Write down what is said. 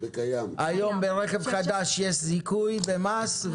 היום ברכב חדש יש זיכוי במס?